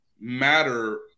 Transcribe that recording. matter